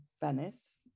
Venice